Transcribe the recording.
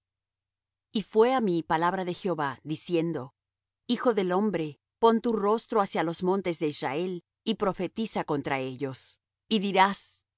y fué á mí palabra de jehová diciendo hijo del hombre pon tu rostro hacia el monte de seir y profetiza contra él y dile